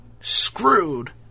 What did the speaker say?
screwed